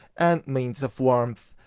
and means of warmth.